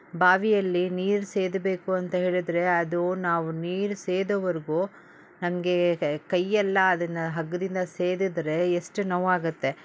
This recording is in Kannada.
ಬಾವಿಯಲ್ಲಿ ನೀರು ಸೇದಬೇಕು ಅಂತ ಹೇಳಿದರೆ ಅದು ನಾವು ನೀರು ಸೇದೊವರೆಗು ನಮಗೆ ಕೈಯೆಲ್ಲ ಅದನ್ನು ಹಗ್ಗದಿಂದ ಸೇದಿದ್ರೆ ಎಷ್ಟ್ ನೋವಾಗತ್ತೆ